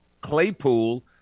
Claypool